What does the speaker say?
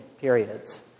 periods